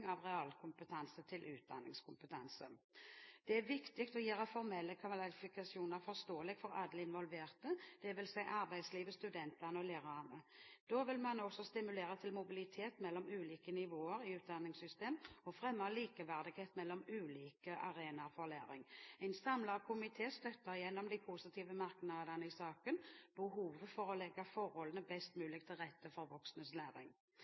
av realkompetanse til utdanningskompetanse. Det er viktig å gjøre formelle kvalifikasjoner forståelige for alle involverte, dvs. arbeidslivet, studentene og lærerne. Da vil man også stimulere til mobilitet mellom ulike nivåer i utdanningssystemet og fremme likeverdighet mellom ulike arenaer for læring. En samlet komité støtter – gjennom de positive merknadene i saken – behovet for å legge forholdene bedre til rette for voksens læring.